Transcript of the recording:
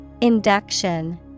Induction